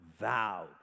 vowed